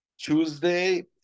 Tuesday